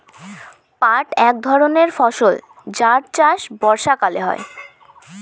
পাট এক ধরনের ফসল যার চাষ বর্ষাকালে হয়